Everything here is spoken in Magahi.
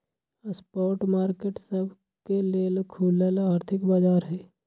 स्पॉट मार्केट सबके लेल खुलल आर्थिक बाजार हइ